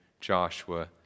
Joshua